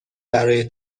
برای